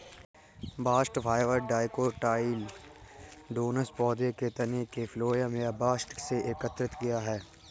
bast fibre dicotyledonous पौधों के तने के फ्लोएम या बस्ट से एकत्र किया गया है